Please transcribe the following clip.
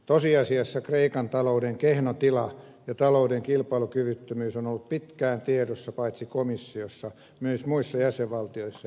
tosiasiassa kreikan talouden kehno tila ja talouden kilpailukyvyttömyys on ollut pitkään tiedossa paitsi komissiossa myös muissa jäsenvaltioissa ja rahoitusmarkkinoilla